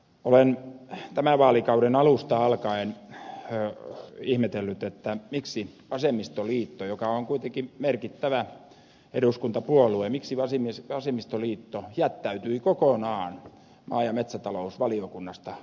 olen tämän vaalikauden alusta alkaen ihmetellyt miksi vasemmistoliitto joka on kuitenkin merkittävä eduskuntapuolue jättäytyi kokonaan maa ja metsätalousvaliokunnasta pois